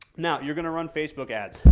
now, you're going to run facebook ads,